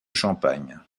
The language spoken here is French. champagne